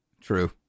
true